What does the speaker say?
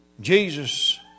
Jesus